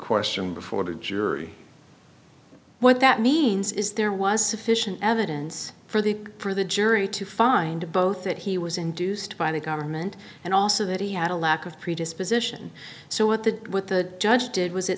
question before the jury what that means is there was sufficient evidence for the for the jury to find both that he was induced by the government and also that he had a lack of predisposition so what the what the judge did was